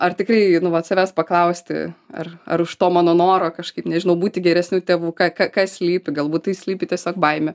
ar tikrai nu vat savęs paklausti ar ar už to mano noro kažkaip nežinau būti geresniu tėvu ką ką kas slypi galbūt tai slypi tiesiog baimė